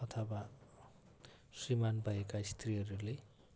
अथवा श्रीमान् पाएका स्त्रीहरूले